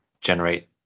generate